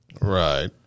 Right